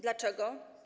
Dlaczego?